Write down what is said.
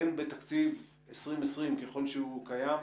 הן בתקציב 2020, ככל שהוא קיים,